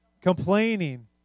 Complaining